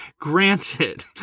Granted